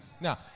now